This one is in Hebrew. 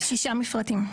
שישה מפרטים.